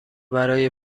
برای